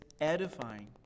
edifying